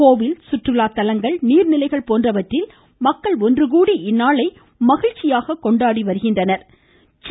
கோவில்கள் சுற்றுலாதலங்கள் நீர்நிலைகள் போன்றவற்றில் மக்கள் ஒன்றுகூடி இந்நாளை மகிழ்ச்சியாக கொண்டாடி வருகின்றனர்